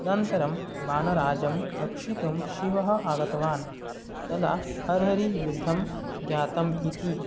तदन्तरं वानराजं रक्षितुं शिवः आगतवान् तदा हरहरियुद्धं जातम् इति